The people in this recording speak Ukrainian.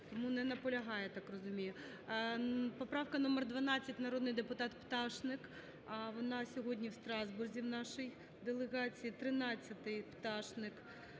Він не наполягає, я так розумію. Поправка номер 12, народний депутат Пташник. Вона сьогодні у Страсбурзі в нашій делегації. 13-а, Пташник.